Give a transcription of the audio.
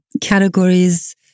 categories